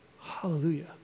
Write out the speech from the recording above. Hallelujah